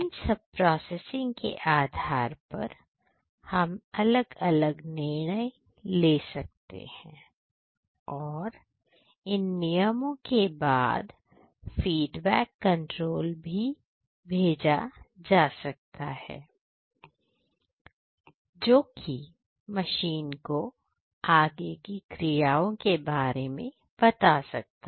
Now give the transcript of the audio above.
इन सब प्रोसेसिंग के आधार पर हम अलग अलग निर्णय ले सकते हैं और इन नियमों के बाद फीडबैक कंट्रोल भी भेजा जा सकता है जो कि मशीन को आगे की क्रियाओं के बारे में बता सकता है